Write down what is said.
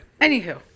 Anywho